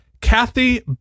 Kathy